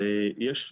יש קושי,